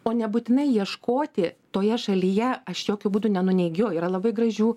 o nebūtinai ieškoti toje šalyje aš jokiu būdu nenuneigiu yra labai gražių